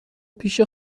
پیش